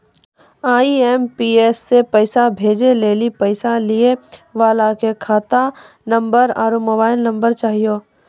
IMPS से पैसा भेजै लेली पैसा लिये वाला के खाता नंबर आरू मोबाइल नम्बर चाहियो